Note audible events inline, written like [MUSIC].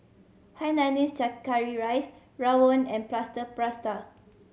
hainanese [UNINTELLIGIBLE] curry rice rawon and plaster [UNINTELLIGIBLE]